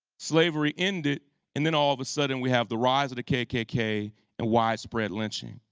slavery ended and then all of a sudden we have the rise of the kkk and widespread lynching.